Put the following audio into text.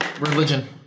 Religion